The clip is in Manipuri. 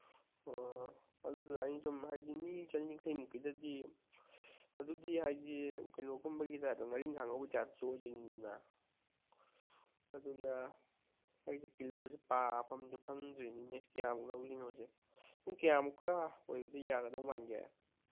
ꯑꯣ ꯑꯗꯨꯗ ꯑꯩꯅ ꯁꯨꯝ ꯍꯥꯏꯗꯤ ꯃꯤ ꯆꯅꯤꯌꯥꯡꯈꯩꯃꯨꯛꯀꯤꯗꯗꯤ ꯑꯗꯨꯗꯤ ꯍꯥꯏꯗꯤ ꯀꯩꯅꯣꯒꯨꯝꯕꯒꯤ ꯇꯥꯏꯞꯇ ꯉꯥꯔꯤꯡꯈꯥ ꯉꯧꯕꯒꯤ ꯇꯥꯏꯞꯇꯁꯨ ꯑꯣꯏꯗꯣꯏꯅꯤꯗꯅ ꯑꯗꯨꯅ ꯑꯩꯁꯦ ꯀꯤꯂꯣꯁꯦ ꯄꯥꯕꯝꯗꯨ ꯈꯪꯗ꯭ꯔꯤꯅꯤꯅꯦ ꯀꯌꯥꯃꯨꯛ ꯂꯧꯗꯣꯏꯅꯣꯗꯣꯁꯦ ꯁꯨꯝ ꯀꯌꯥꯃꯨꯛꯀ ꯑꯣꯏꯔꯗꯤ ꯌꯥꯒꯗꯧ ꯃꯥꯟꯒꯦ